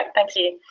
and thank you.